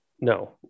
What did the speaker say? No